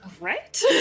Right